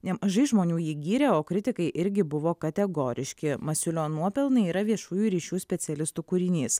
nemažai žmonių jį gyrė o kritikai irgi buvo kategoriški masiulio nuopelnai yra viešųjų ryšių specialistų kūrinys